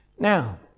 Now